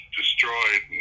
destroyed